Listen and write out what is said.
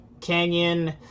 Canyon